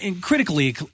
critically